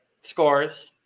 Scores